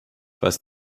was